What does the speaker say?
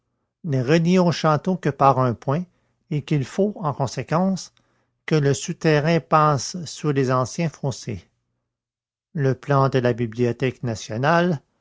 au château que par un point et qu'il faut en conséquence que le souterrain passe sous les anciens fossés le plan de la bibliothèque nationale